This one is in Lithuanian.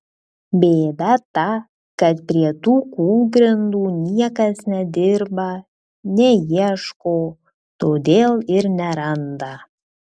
bėda ta kad prie tų kūlgrindų niekas nedirba neieško todėl ir neranda